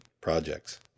projects